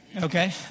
okay